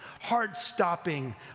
heart-stopping